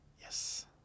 Yes